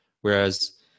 Whereas